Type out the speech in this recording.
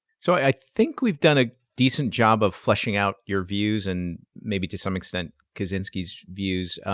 so i think we've done a decent job of fleshing out your views, and maybe to some extent kozinski's views.